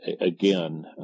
again